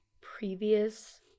previous